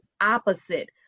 opposite